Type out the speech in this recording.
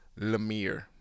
Lemire